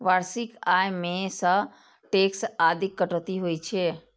वार्षिक आय मे सं टैक्स आदिक कटौती होइ छै